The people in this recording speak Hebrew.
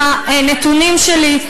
עם הנתונים שלי.